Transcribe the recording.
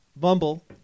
Bumble